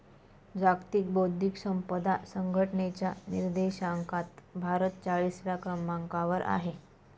जागतिक बौद्धिक संपदा संघटनेच्या निर्देशांकात भारत चाळीसव्या क्रमांकावर आहे